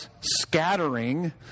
scattering